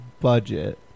budget